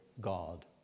God